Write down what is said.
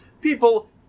People